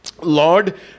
Lord